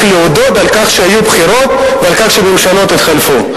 להודות על כך שהיו בחירות ועל כך שהממשלות התחלפו.